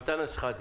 אנטאנס שחאדה.